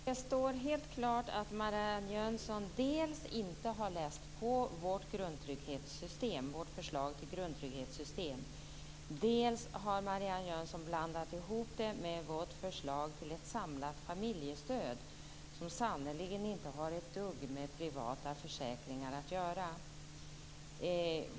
Herr talman! Det står helt klart att Marianne Jönsson dels inte har läst på om vårt förslag till grundtrygghetssystem, dels har blandat ihop det med vårt förslag till samlat familjestöd, som sannerligen inte har ett dugg med privata försäkringar att göra.